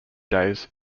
days